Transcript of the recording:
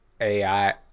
AI